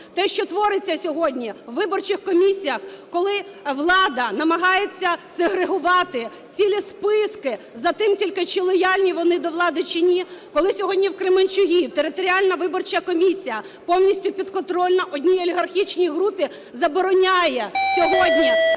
Те що твориться сьогодні у виборчих комісіях, коли влада намагається сегрегувати цілі списки за тим тільки чи лояльні вони до влади, чи ні. Коли сьогодні в Кременчузі територіальна виборча комісія, повністю підконтрольна одній олігархічній групі, забороняє сьогодні